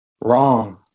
Wrong